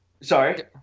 sorry